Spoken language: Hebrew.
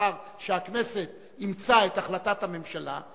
לאחר שהכנסת אימצה את החלטת הממשלה.